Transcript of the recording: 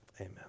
Amen